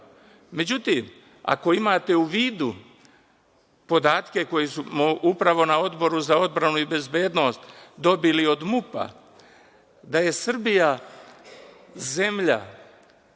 dozvolom.Međutim, ako imate u vidu podatke koje smo upravo na Odboru za odbranu i bezbednost dobili od MUP da je Srbija zemlja